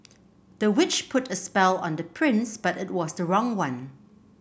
the witch put a spell on the prince but it was the wrong one